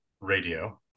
radio